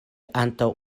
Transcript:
antaŭ